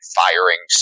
firing